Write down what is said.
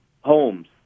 Homes